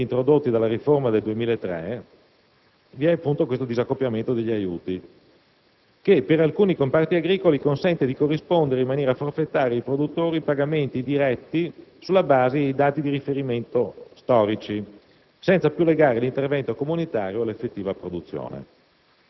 è noto a tutti che tra i principali strumenti introdotti dalla riforma del 2003 vi è questo disaccoppiamento degli aiuti che, per alcuni comparti agricoli, consente di corrispondere in maniera forfetaria ai produttori pagamenti diretti sulla base di dati di riferimento storici,